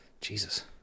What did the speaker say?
Jesus